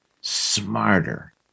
smarter